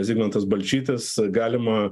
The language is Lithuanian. zigmantas balčytis galima